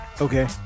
Okay